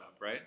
right